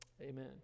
amen